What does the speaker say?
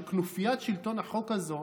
של כנופיית שלטון החוק הזאת,